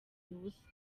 ubusa